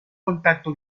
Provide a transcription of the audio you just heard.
contacto